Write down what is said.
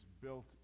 built